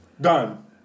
Done